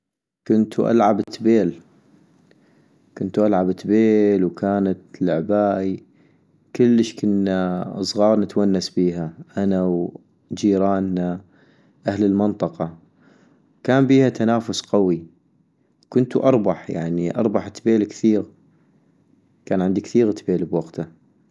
كنتو ألعب تبيل - كنتو ألعب تبيل وكانت لعباي كلش كنا صغاغ نتونس بيها ، أنا وجيرانا أهل المنطقة - كان بيها تنافس قوي ، كنتو اربح يعني اربح تبيل كثيغ ، كان عندي كثيغ تبيل بوقتا